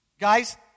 guys